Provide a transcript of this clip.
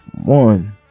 One